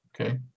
Okay